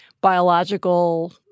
biological